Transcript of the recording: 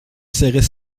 serrait